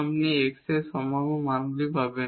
আপনি x এর সম্ভাব্য মানগুলি পাবেন